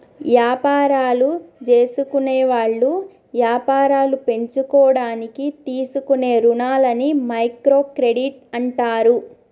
యాపారాలు జేసుకునేవాళ్ళు యాపారాలు పెంచుకోడానికి తీసుకునే రుణాలని మైక్రో క్రెడిట్ అంటారు